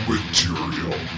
Material